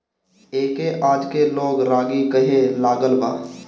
एके आजके लोग रागी कहे लागल बा